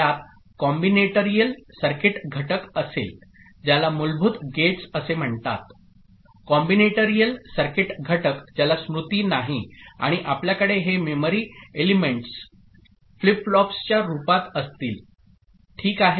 यात combinational circuit घटक असेल ज्याला मूलभूत गेट्स असे म्हणतात कॉम्बिनेटरियल सर्किट घटक ज्याला स्मृती नाही आणि आपल्याकडे हे मेमरी एलिमेंट्स फ्लिप फ्लॉप्स च्या रूपात असतील ओके